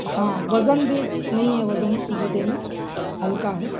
ہاں وزن بھی نہیں ہے وزن جوتے میں ہلکا ہے